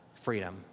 freedom